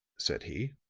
said he.